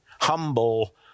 humble